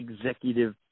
executive